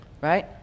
right